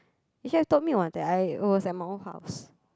you have told me one that I was at my own house